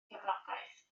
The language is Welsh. cefnogaeth